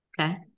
Okay